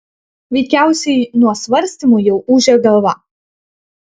veikiausiai nuo svarstymų jau ūžia galva